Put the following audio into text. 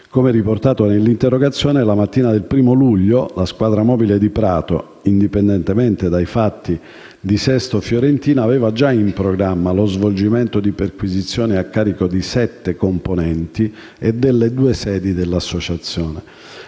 Come riportato nell'interrogazione, la mattina del 1° luglio, la squadra mobile di Prato, indipendentemente dai fatti di Sesto Fiorentino, aveva già in programma lo svolgimento di perquisizioni a carico di sette componenti e delle due sedi dell'associazione.